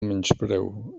menyspreu